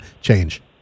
change